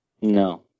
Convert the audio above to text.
No